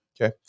Okay